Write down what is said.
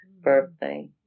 birthday